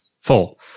full